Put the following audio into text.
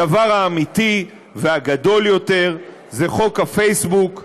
הדבר האמיתי והגדול יותר זה חוק הפייסבוק,